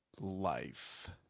life